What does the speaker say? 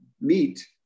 meet